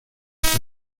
que